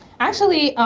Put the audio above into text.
actually,